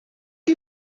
chi